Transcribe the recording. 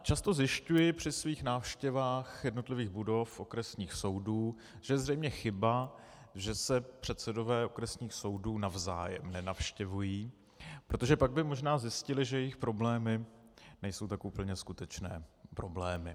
Často zjišťuji při svých návštěvách jednotlivých budov okresních soudů, že je zřejmě chyba, že se předsedové okresních soudů navzájem nenavštěvují, protože pak by možná zjistili, že jejich problémy nejsou tak úplně skutečné problémy.